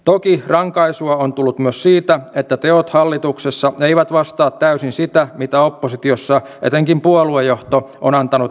toki rankaisua on tullut myös siitä että teot hallituksessa eivät vastaa täysin sitä mitä oppositiossa etenkin puolueenjohto on antanut ymmärtää